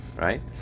right